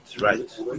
right